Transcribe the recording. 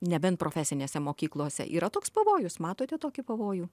nebent profesinėse mokyklose yra toks pavojus matote tokį pavojų